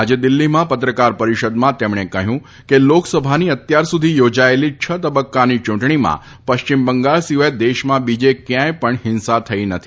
આજે દિલ્હીમાં પત્રકાર પરિષદમાં તેમણે કહ્યું કે લોકસભાની અત્યાર સુધી યોજાયેલી છ તબક્કાની ચૂંટણીમાં પશ્ચિમ બંગાળ સિવાય દેશમાં બીજે ક્યાંય પણ હિંસા થઈ નથી